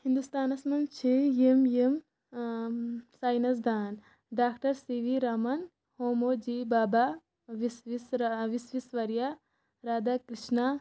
ہِندُستانَس منٛز چھِ یِم یِم ساینَس دان doctor C V Raman Homi Bhabha وِس وِس رَ وِس وِس وریہ رادھا کرٛشنا